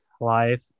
life